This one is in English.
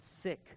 sick